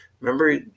Remember